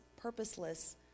purposeless